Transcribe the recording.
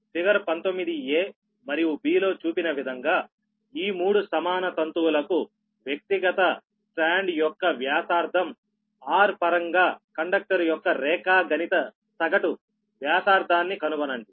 figure 19 A మరియు B లో చూపిన విధంగా ఈ 3 సమాన తంతువులకు వ్యక్తిగత స్ట్రాండ్ యొక్క వ్యాసార్థం r పరంగా కండక్టర్ యొక్క రేఖాగణిత సగటు వ్యాసార్థాన్ని కనుగొనండి